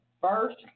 first